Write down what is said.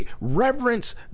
reverence